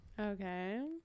Okay